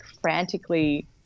frantically